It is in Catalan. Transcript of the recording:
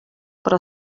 però